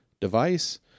device